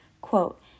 Quote